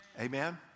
Amen